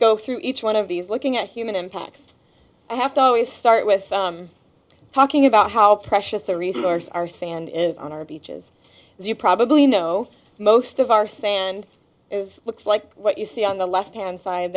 go through each one of these looking at human impacts i have to always start with talking about how precious a resource our sand is on our beaches as you probably know most of our sand is looks like what you see on the left hand side